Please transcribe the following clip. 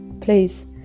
please